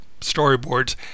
storyboards